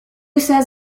says